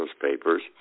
Papers